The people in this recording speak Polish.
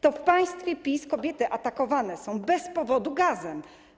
To w państwie PiS kobiety atakowane są bez powodu gazem.